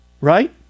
Right